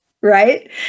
right